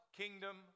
kingdom